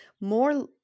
more